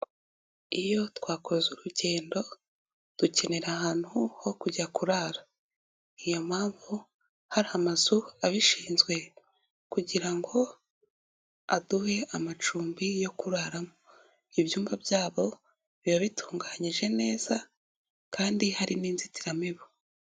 Iyo twakoze urugendo dukenera ahantu ho kujya kurara, iyo mpamvu hari amazu abishinzwe kugira ngo aduhe amacumbi yo kuraramo, ibyumba byabo biba bitunganyije neza kandi hari n'inzitiramibu.